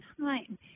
time